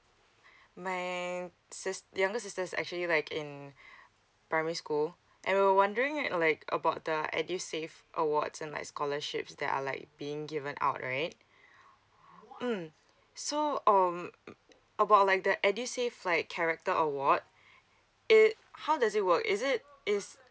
my younger sister's actually like in primary school I were wondering like about the uh edusave awards and like scholarships that are like being given out right mm so um about like the edusave like character award it how does it work is it is